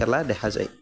খেলা দেখা যায়